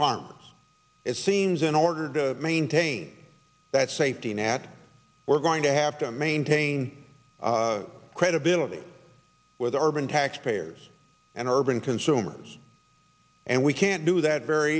farmers it seems in order to maintain that safety net we're going to have to maintain credibility with urban taxpayers and urban consumers and we can't do that very